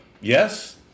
yes